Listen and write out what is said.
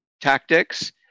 tactics